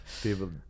People